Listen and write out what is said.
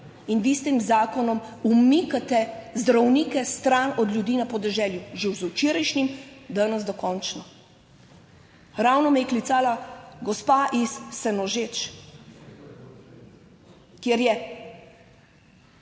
in vi s tem zakonom umikate zdravnike stran od ljudi na podeželju, že z včerajšnjim, danes dokončno. Ravno me je klicala gospa iz Senožeč, kjer je